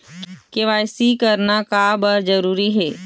KYC करना का बर जरूरी हे?